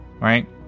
Right